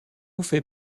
fait